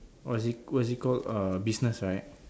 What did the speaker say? what is it what is it called uh business right